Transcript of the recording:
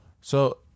So-